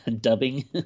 dubbing